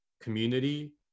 Community